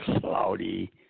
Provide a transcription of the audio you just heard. cloudy